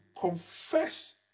confess